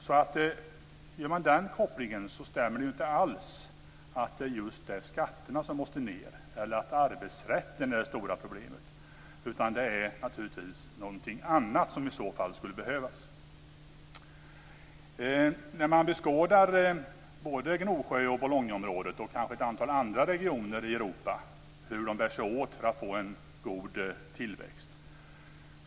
Om man då gör den här kopplingen stämmer det inte alls att det just är skatterna som måste ned eller att arbetsrätten är det stora problemet. Det är naturligtvis någonting annat som i så fall skulle behövas. Man kan beskåda både Gnosjö och Bolognaområdet och kanske ett antal andra regioner i Europa och se hur de bär sig åt för att få en god tillväxt.